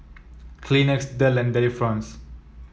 kleenex Dell and Delifrance